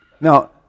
Now